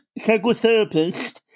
psychotherapist